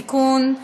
(תיקון,